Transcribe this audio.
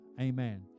Amen